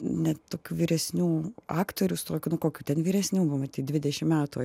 net tokių vyresnių aktorių stojo nu kokių ten vyresnių matyt dvidešim metų